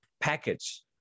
package